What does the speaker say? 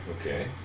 Okay